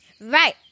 Right